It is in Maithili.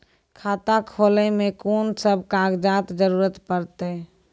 खाता खोलै मे कून सब कागजात जरूरत परतै?